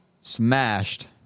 smashed